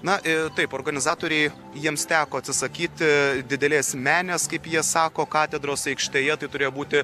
na taip organizatoriai jiems teko atsisakyti didelės meninės kaip jie sako katedros aikštėje tai turėjo būti